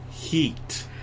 Heat